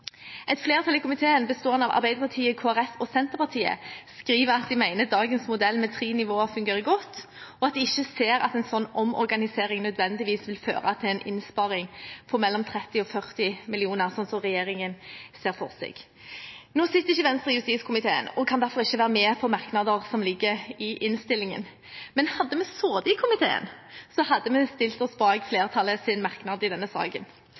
Et flertall i komiteen, bestående av Arbeiderpartiet, Kristelig Folkeparti og Senterpartiet, skriver at de mener dagens modell med tre nivåer fungerer godt, og at de ikke ser at en slik omorganisering nødvendigvis vil føre til en innsparing på mellom 30 mill. kr og 40 mill. kr, som regjeringen ser for seg. Nå sitter ikke Venstre i justiskomiteen og kan derfor ikke være med på merknader som ligger i innstillingen. Men hadde vi sittet i komiteen, hadde vi stilt oss bak flertallets merknad i denne saken.